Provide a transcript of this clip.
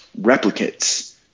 replicates